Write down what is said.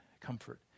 comfort